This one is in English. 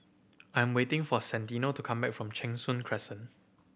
I am waiting for Santino to come back from Cheng Soon Crescent